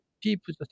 people